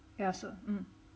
yeah so